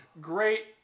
great